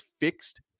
fixed